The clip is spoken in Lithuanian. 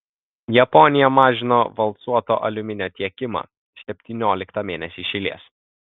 japonija mažino valcuoto aliuminio tiekimą septynioliktą mėnesį iš eilės